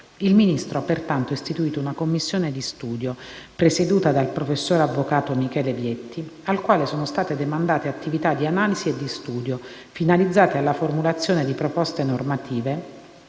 Il Ministro ha pertanto istituito una commissione di studio, presieduta dal professor avvocato Michele Vietti, a cui sono state demandate attività di analisi e di studio finalizzate alla formulazione di proposte normative,